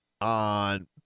on